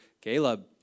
Caleb